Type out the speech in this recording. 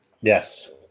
Yes